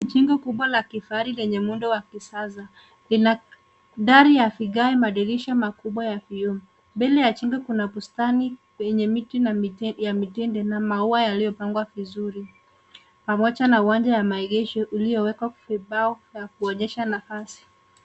Jengo kubwa la kifahari lenye muundo wa kisasa. Lina dari ya vigae, madirisha makubwa ya vioo. Mbele ya jengo kuna bustani yenye miti ya mitende na maua yaliyopangwa vizuri. Pamoja na uwanja ya maegesho uliowekwa vibao vya kuonyesha nafasi.